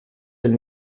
del